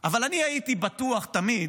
אבל אני הייתי בטוח תמיד,